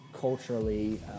culturally